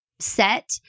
set